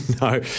No